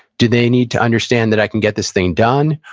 do they need to understand that i can get this thing done?